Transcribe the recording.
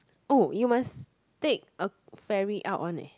oh you must take a ferry out [one] eh